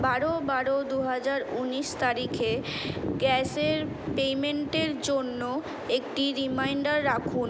বারো বারো দু হাজার উনিশ তারিখে গ্যাসের পেমেন্টের জন্য একটি রিমাইন্ডার রাখুন